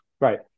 Right